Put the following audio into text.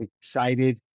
excited